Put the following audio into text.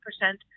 percent